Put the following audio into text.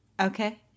okay